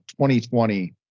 2020